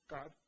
God